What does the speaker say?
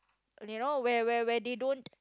you know where where where they don't